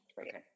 Okay